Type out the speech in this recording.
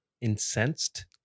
Incensed